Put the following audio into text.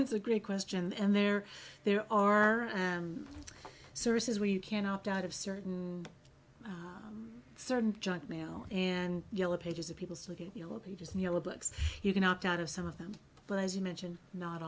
have a great question and there there are services where you can opt out of certain certain junk mail and yellow pages of people smoking yellow pages and yellow books you can opt out of some of them but as you mention not